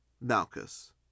Malchus